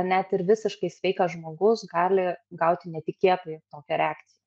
net ir visiškai sveikas žmogus gali gauti netikėtai tokią reakciją